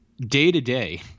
Day-to-day